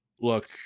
Look